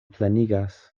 plenigas